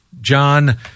John